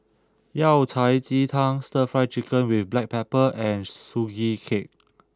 Yao Cai Ji Tang Stir Fry Chicken with black pepper and Sugee Cake